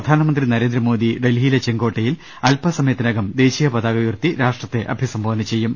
പ്രധാനമന്ത്രി ന്നരേന്ദ്രമോദി ഡൽഹിയിലെ ചെങ്കോട്ടയിൽ അല്പസമയത്തിനകം ദേശീയ പതാക ഉയർത്തി രാഷ്ട്രത്തെ അഭിസംബോധന ചെയ്യും